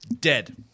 dead